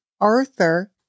Arthur